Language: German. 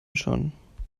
schon